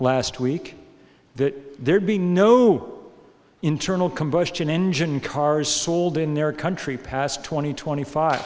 last week that there'd be no internal combustion engine cars sold in their country past twenty twenty five